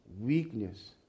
weakness